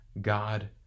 God